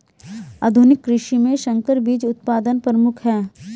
आधुनिक कृषि में संकर बीज उत्पादन प्रमुख है